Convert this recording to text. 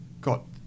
got